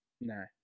No